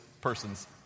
person's